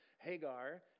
Hagar